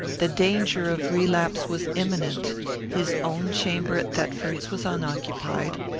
the danger of relapse was imminent his own chamber at thetford's was unoccupied.